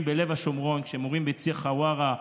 בלב השומרון ועוברים בציר חווארה,